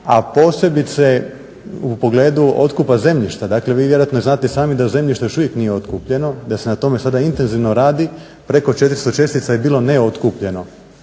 a posebice u pogledu otkupa zemljišta. Dakle, vi vjerojatno znate i sami da zemljište još uvijek nije otkupljeno, da se na tome sada intenzivno radi. Preko 400 čestica je bilo neotkupljeno,